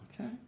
okay